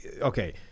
okay